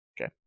okay